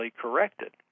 corrected